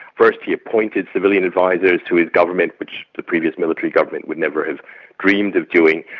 first he appointed civilian advisors to his government, which the previous military government would never have dreamed of doing,